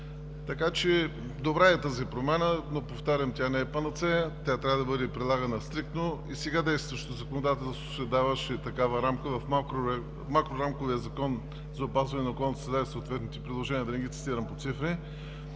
среда. Добра е тази промяна, но, повтарям, тя не е панацея, тя трябва да бъде прилагана стриктно. И сега действащото законодателство трябва да дава такава рамка в макрорамковия закон за опазване на околната среда и съответните приложения – да не ги цитирам по цифри.